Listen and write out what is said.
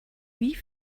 wie